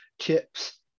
chips